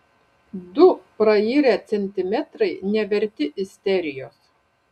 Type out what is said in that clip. du prairę centimetrai neverti isterijos